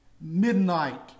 midnight